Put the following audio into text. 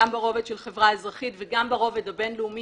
גם ברובד של החברה האזרחית וגם ברובד הבין-לאומי,